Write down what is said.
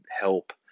help